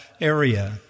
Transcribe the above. area